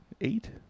Eight